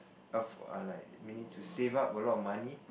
af~ or like manage to save up a lot of money